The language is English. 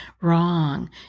wrong